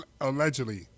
Allegedly